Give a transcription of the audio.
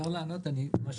מותר להשיב?